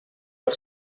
per